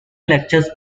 lectures